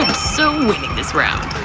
so winning this round.